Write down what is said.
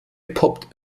poppt